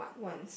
once